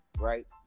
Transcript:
right